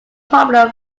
popular